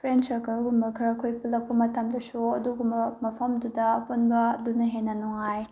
friend ꯁꯔꯀꯜꯒꯨꯝꯕ ꯈꯔ ꯑꯩꯈꯣꯏ ꯄꯨꯜꯂꯛꯄ ꯃꯇꯝꯗꯁꯨ ꯑꯗꯨꯒꯨꯝꯕ ꯃꯐꯝꯗꯨꯗ ꯄꯨꯟꯕ ꯑꯗꯨꯅ ꯍꯦꯟꯅ ꯅꯨꯡꯉꯥꯏ